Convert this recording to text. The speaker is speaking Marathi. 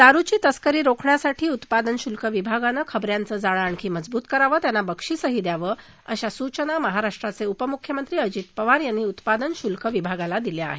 दारूची तस्करी रोखण्यासाठी उत्पादन शुल्क विभागानं खबऱ्यांचं जाळं आणखी मजबूत करावं आणि त्यांना बक्षीसही द्यावं अश्या सूचना महाराष्ट्राचे उपमुख्यमंत्री अजित पवार यांनी उत्पादन शुल्क विभागाला दिल्या आहेत